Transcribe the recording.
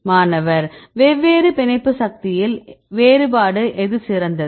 மாணவர் வெவ்வேறு பிணைப்பு சக்தியில் வேறுபாடு எது சிறந்தது